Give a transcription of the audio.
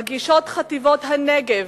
מגישות חטיבת הנגב,